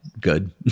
good